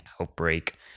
outbreak